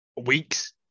weeks